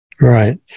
Right